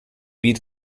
byd